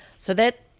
so that,